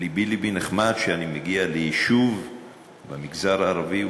לבי נחמץ כשאני מגיע ליישוב במגזר הערבי,